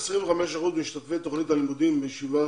25% ממשתתפי תוכנית הלימודים בישיבות